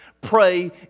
pray